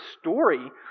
story